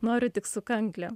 noriu tik su kanklėm